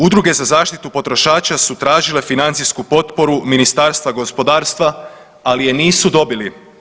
Udruge za zaštitu potrošača su tražile financijsku potporu Ministarstva gospodarstva, ali je nisu dobili.